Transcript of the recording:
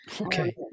Okay